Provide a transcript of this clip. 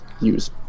use